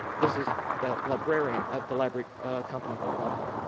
this is the librarian of the library company of philadelphia.